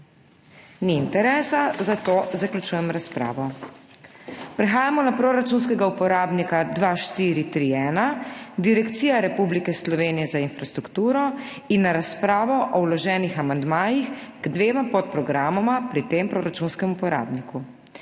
Ni interesa, zato zaključujem razpravo. Prehajamo na proračunskega uporabnika 2431 Direkcija Republike Slovenije za infrastrukturo in na razpravo o vloženih amandmajih k dvema podprogramoma pri tem proračunskem uporabniku.